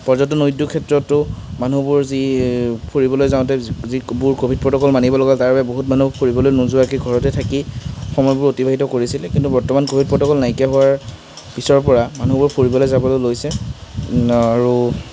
পৰ্যটন উদ্যোগ ক্ষেত্ৰতো মানুহবোৰ যি ফুৰিবলৈ যাওঁতে যিবোৰ কভিড প্ৰট'কল মানিব লগা তাৰবাবে বহুত মানুহ ফুৰিবলৈ নোযোৱাকে ঘৰতে থাকি সময়বোৰ অতিবাহিত কৰিছিলে কিন্তু বৰ্তমান কভিড প্ৰট'কল নাইকিয়া হোৱাৰ পিছৰপৰা মানুহবোৰ ফুৰিবলৈ যাবলৈ লৈছে আৰু